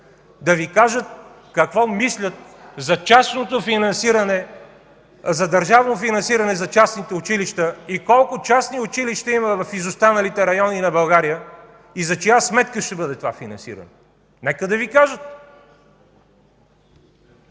Да Ви кажат какво мислят за държавно финансиране за частните училища и колко частни училища имаме в изостаналите райони на България и за чия сметка ще бъде това финансиране. Нека Ви кажат!